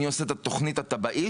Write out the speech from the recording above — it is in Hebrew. אני עושה את התוכנית התב"עאית,